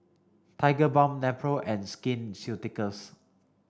Tigerbalm Nepro and Skin Ceuticals